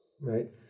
right